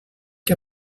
que